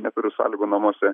neturi sąlygų namuose